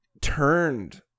turned